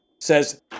says